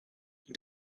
and